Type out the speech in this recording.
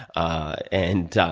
ah and